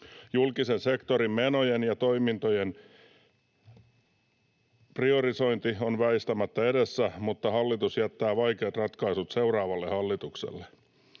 Julkisen sektorin menojen ja toimintojen priorisointi on väistämättä edessä, mutta hallitus jättää vaikeat ratkaisut seuraavalle hallitukselle.